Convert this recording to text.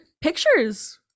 pictures